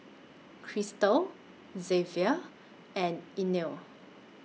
Kristal Xzavier and Inell